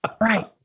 Right